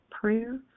Prayer